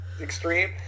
extreme